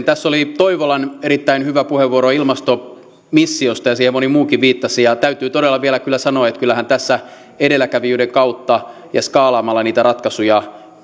tässä oli toivolan erittäin hyvä puheenvuoro ilmastomissiosta ja siihen moni muukin viittasi ja täytyy todella vielä kyllä sanoa että kyllähän tässä edelläkävijöiden kautta ja skaalaamalla niitä ratkaisuja